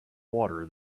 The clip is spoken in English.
water